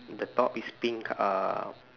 the top is pink co~ uh